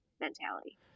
mentality